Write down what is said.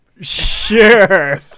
sure